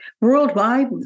worldwide